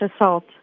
assault